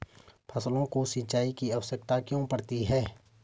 फसलों को सिंचाई की आवश्यकता क्यों पड़ती है?